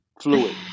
fluid